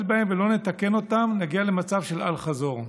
בהם ולא נתקן אותם נגיע למצב של אל-חזור.